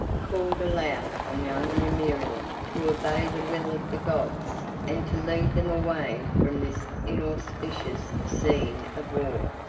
called aloud on young numerian to obey the will of the gods, and to lead them away from this inauspicious scene of war.